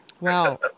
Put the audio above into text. Wow